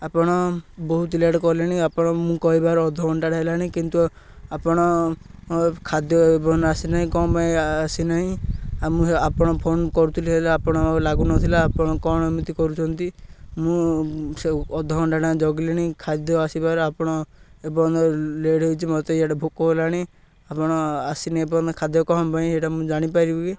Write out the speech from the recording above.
ଆପଣ ବହୁତ ଲେଟ୍ କଲେଣି ଆପଣ ମୁଁ କହିବାର ଅଧ ଘଣ୍ଟାଟା ହେଲାଣି କିନ୍ତୁ ଆପଣ ଖାଦ୍ୟ ଆସିନାହିଁ କ'ଣ ପାଇଁ ଆସିନାହିଁ ଆଉ ମୁଁ ଆପଣ ଫୋନ କରୁଥିଲି ହେଲେ ଆପଣ ଲାଗୁନଥିଲା ଆପଣ କ'ଣ ଏମିତି କରୁଛନ୍ତି ମୁଁ ସେ ଅଧ ଘଣ୍ଟାଟା ଜଗିଲିଣି ଖାଦ୍ୟ ଆସିବାର ଆପଣ ଏ ଲେଟ୍ ହେଇଛି ମୋତେ ଇଆଡ଼େ ଭୋକ ହେଲାଣି ଆପଣ ଆସିନି ଏପର୍ଯ୍ୟନ୍ତ ଖାଦ୍ୟ କ'ଣ ପାଇଁ ଏଇଟା ମୁଁ ଜାଣିପାରିବ କି